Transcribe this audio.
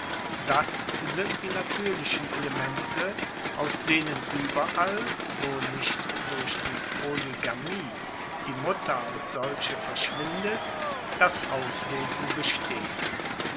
das sind die natuerlichen elemente aus denen ueberall wo nicht durch die polygamie die mutter als solche verschwindet das hauswesen besteht